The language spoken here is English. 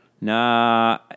Nah